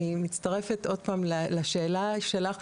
אני מצטרפת לשאלה שלך,